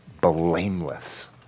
blameless